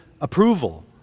approval